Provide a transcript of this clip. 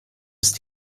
ist